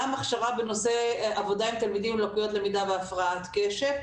גם הכשרה בנושא עבודה עם תלמידים עם לקויות למידה והפרעת קשב.